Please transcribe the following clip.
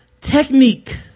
technique